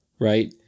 Right